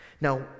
Now